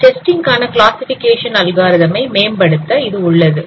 testing காண classification algorithm ஐ மேம்படுத்த இது உள்ளது